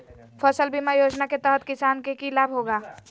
फसल बीमा योजना के तहत किसान के की लाभ होगा?